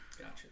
Gotcha